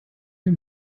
wir